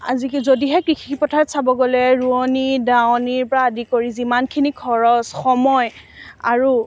আজি যদিহে কৃষি পথাৰত চাব গ'লে ৰোৱনী দাৱনীৰ পৰা আদি কৰি যিমানখিনি খৰছ সময় আৰু